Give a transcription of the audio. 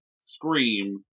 Scream